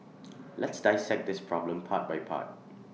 let's dissect this problem part by part